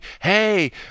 Hey